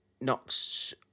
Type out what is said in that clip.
knocks